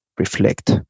reflect